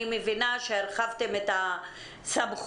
אני מבינה שהרחבתם את הסמכויות.